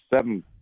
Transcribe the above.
seven